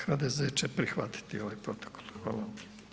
HDZ će prihvatiti ovaj protokol, hvala.